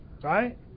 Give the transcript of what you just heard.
Right